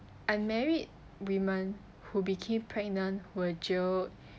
unmarried woman who became pregnant were jailed